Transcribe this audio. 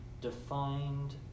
defined